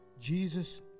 Jesus